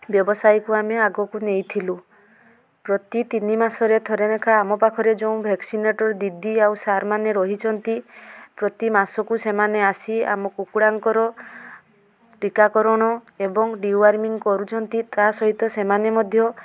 ବ୍ୟବସାୟୀକୁ ଆମେ ଆଗକୁ ନେଇଥିଲୁ ପ୍ରତି ତିନି ମାସରେ ଥରେ ଲେଖାଏଁ ଆମ ପାଖରେ ଯେଉଁ ଭ୍ୟାକ୍ସିନେଟର୍ ଦିଦି ଆଉ ସାର୍ମାନେ ରହିଛନ୍ତି ପ୍ରତି ମାସକୁ ସେମାନେ ଆସି ଆମ କୁକୁଡ଼ାଙ୍କର ଟୀକାକରଣ ଏବଂ ଡିୱାର୍ମିଂ କରୁଛନ୍ତି ତା'ସହିତ ସେମାନେ ମଧ୍ୟ